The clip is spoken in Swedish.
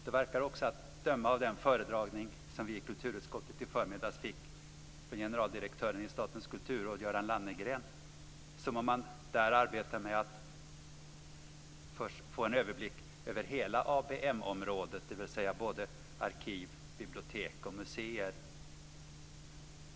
Det verkar att döma av den föredragning vi i kulturutskottet fick i förmiddags från generaldirektören i Statens kulturråd Göran Lannegren som att man där arbetar med att först få en överblick över hela ABM området, dvs. både arkiv, bibliotek och museer.